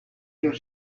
your